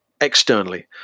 externally